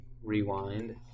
rewind